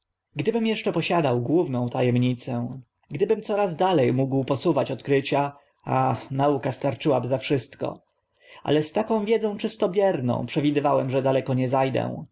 gdybym eszcze posiadał główną ta emnicę gdybym coraz dale mógł posuwać odkrycia a nauka starczyłaby za wszystko ale z taką wiedzą czysto bierną przewidywałem że daleko nie za